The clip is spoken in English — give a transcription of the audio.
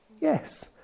Yes